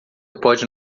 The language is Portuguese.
pode